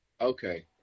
Okay